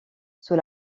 sous